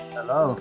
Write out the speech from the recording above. Hello